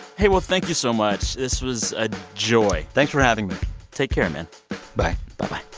hey, well, thank you so much. this was a joy thanks for having me take care, man bye bye-bye